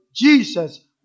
Jesus